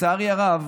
לצערי הרב,